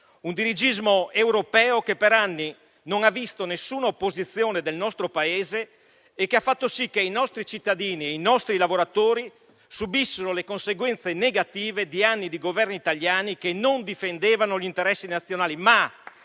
Il dirigismo europeo per anni non ha visto nessuna opposizione del nostro Paese e ha fatto sì che i nostri cittadini e i nostri lavoratori subissero le conseguenze negative di anni di governi italiani che non difendevano gli interessi nazionali